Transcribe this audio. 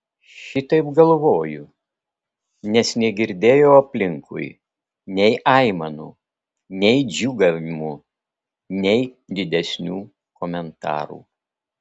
šitaip galvoju nes negirdėjau aplinkui nei aimanų nei džiūgavimų nei didesnių komentarų